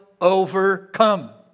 overcome